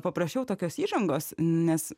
paprašiau tokios įžangos nes